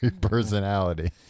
personality